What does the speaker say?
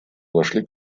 вошли